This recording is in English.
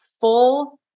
full